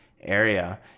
area